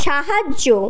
সাহায্য